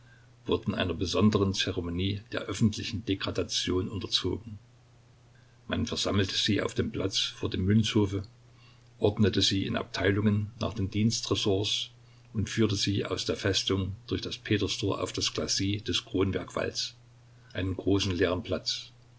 einer besonderen zeremonie der öffentlichen degradation unterzogen man versammelte sie auf dem platz vor dem münzhofe ordnete sie in abteilungen nach den dienstressorts und führte sie aus der festung durch das peterstor auf das glacis des kronwerk walls einen großen leeren platz